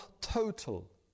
total